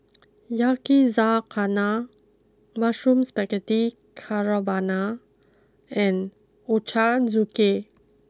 Yakizakana Mushroom Spaghetti Carbonara and Ochazuke